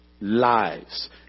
lives